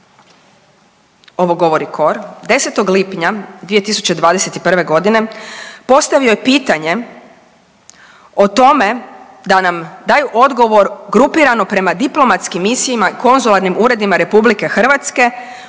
ovo govori kor, 10. lipnja 2021.g. postavio je pitanje o tome da nam daju odgovor grupirano prema diplomatskim misijama, konzularnim uredima RH upravo